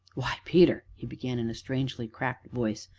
why, peter he began, in a strangely cracked voice,